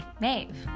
Maeve